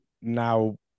now